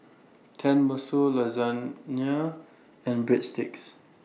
Tenmusu Lasagna and Breadsticks